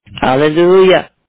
Hallelujah